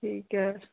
ਠੀਕ ਹੈ